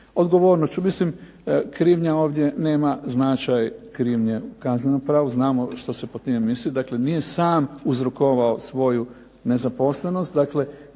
odgovornošću, mislim krivnja ovdje nema značaj krivnje u kaznenom pravu, znamo što se pod time misli, dakle nije sam uzrokovao svoju nezaposlenost, dakle